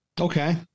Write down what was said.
Okay